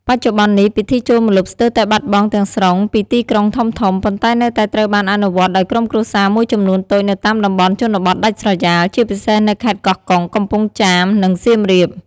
បច្ចុប្បន្ននេះ ពិធីចូលម្លប់ស្ទើរតែបាត់បង់ទាំងស្រុងពីទីក្រុងធំៗ ប៉ុន្តែនៅតែត្រូវបានអនុវត្តដោយក្រុមគ្រួសារមួយចំនួនតូចនៅតាមតំបន់ជនបទដាច់ស្រយាល ជាពិសេសនៅខេត្តកោះកុង កំពង់ចាម និងសៀមរាប។